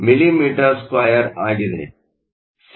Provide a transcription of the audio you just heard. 1 mm2 ಆಗಿದೆ